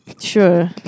Sure